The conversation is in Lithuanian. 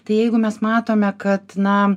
tai jeigu mes matome kad na